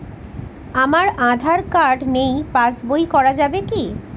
আমার আঁধার কার্ড নাই পাস বই করা যাবে কি?